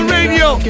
radio